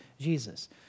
Jesus